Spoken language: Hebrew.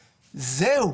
זהו.